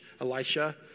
Elisha